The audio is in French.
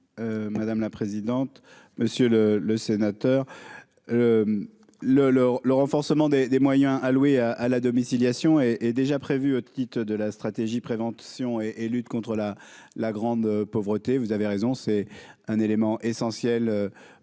madame la présidente, monsieur le le sénateur le leur, le renforcement des des moyens alloués à à la domiciliation et est déjà prévu quittes de la stratégie prévention et lutte contre la la grande pauvreté, vous avez raison, c'est un élément essentiel pour un certain